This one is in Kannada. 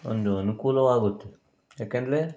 ಒಂದು ಅನುಕೂಲವಾಗುತ್ತೆ ಯಾಕಂದ್ರೆ